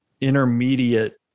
intermediate